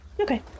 okay